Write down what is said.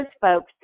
folks